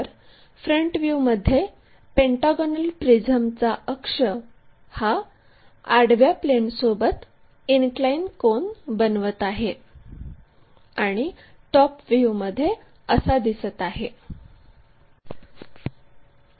तर फ्रंट व्ह्यूमध्ये पेंटागॉनल प्रिझमचा अक्ष हा आडव्या प्लेनसोबत इनक्लाइन कोन बनवित आहे आणि टॉप व्ह्यूमध्ये असा दिसत आहे